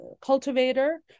cultivator